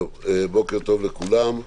בוקר טוב לכולם.